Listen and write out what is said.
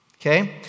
Okay